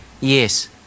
Yes